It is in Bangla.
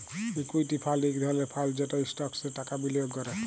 ইকুইটি ফাল্ড ইক ধরলের ফাল্ড যেট ইস্টকসে টাকা বিলিয়গ ক্যরে